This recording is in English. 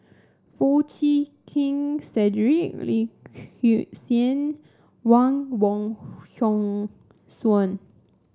Foo Chee Keng Cedric Wang Wong Hong Suen